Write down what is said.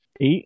eight